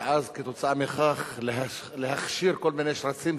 וכתוצאה מכך להכשיר כל מיני שרצים,